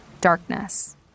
darkness